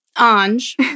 Ange